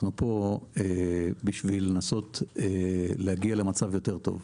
אנחנו פה בשביל לנסות להגיע למצב יותר טוב.